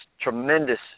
tremendous